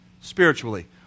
spiritually